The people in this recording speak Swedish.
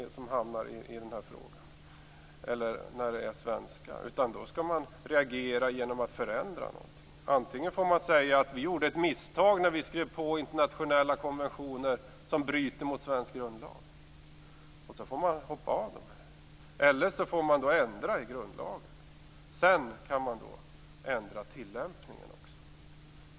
Då skall man reagera genom att förändra. Antingen får man säga att man gjorde ett misstag när man skrev på internationella konventioner som bryter mot svensk grundlag, och så får man hoppa av dem, eller så får man ändra i grundlagen. Sedan kan man också ändra tillämpningen.